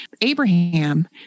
Abraham